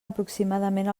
aproximadament